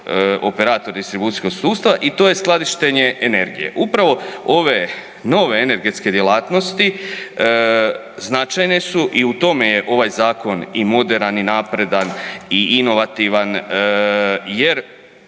operator distribucijskog sustava i to je skladištenje energije. Upravo ove nove energetske djelatnosti značajne su i u tome je ovaj zakon i moderan i napredan i inovativan jer